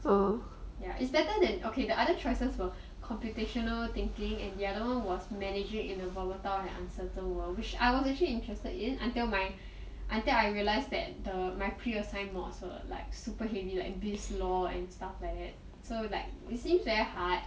so ya it's better than okay the other choices were computational thinking and the other one was managing in a volatile uncertain world which I was actually interested in until my until I realize that the my preassigned mods was like super heavy like business law and stuff like that so it seems very hard